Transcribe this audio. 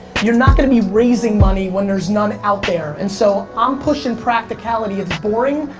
you're not gonna be raising money when there's none out there. and so, i'm pushing practicality. it's boring,